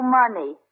money